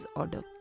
order